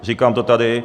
Říkám to tady.